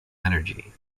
energy